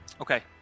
Okay